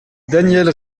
daniel